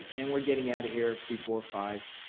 and we're getting out of here before five